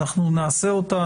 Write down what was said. נעשה אותה,